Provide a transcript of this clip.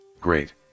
Great